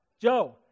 Joe